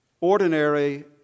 ordinary